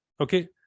Okay